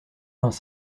vingts